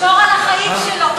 פשוט לשמור על החיים שלו,